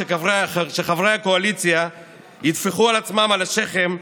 כשחברי הקואליציה יטפחו לעצמם על השכם,